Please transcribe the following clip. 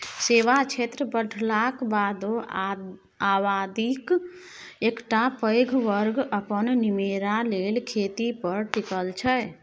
सेबा क्षेत्र बढ़लाक बादो आबादीक एकटा पैघ बर्ग अपन निमेरा लेल खेती पर टिकल छै